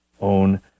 own